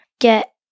get